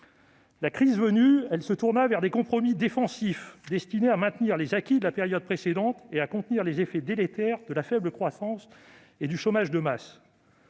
social-démocratie se tourna vers des compromis défensifs, destinés autant à maintenir les acquis de la période précédente qu'à contenir les effets délétères de la faible croissance et du chômage de masse.